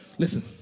Listen